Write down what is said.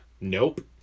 nope